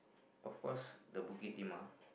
of course the Bukit-Timah